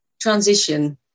transition